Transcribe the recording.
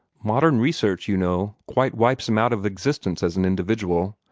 modern research, you know, quite wipes him out of existence as an individual.